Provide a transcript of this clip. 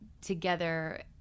together